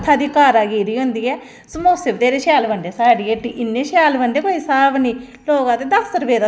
लुड़ी पौंदी ऐ फल बड़ा अच्छा पौंदा मुट्टा मगर लुड़ी दा इस बागबानी दा जेह्ड़ा मैहकमां ऐ